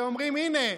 ואומרים: הינה,